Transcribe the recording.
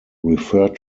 referred